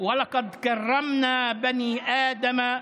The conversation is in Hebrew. "וכבר כיבדנו בני אדם,